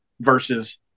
versus